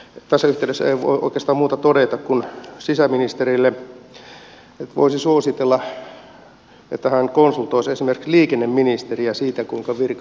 tässä yhteydessä en voi oikeastaan muuta todeta kuin sisäministerille että voisin suositella että hän konsultoisi esimerkiksi liikenneministeriä siitä kuinka virkamiehiä käsitellään